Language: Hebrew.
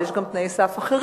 אבל יש גם תנאי סף אחרים